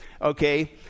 okay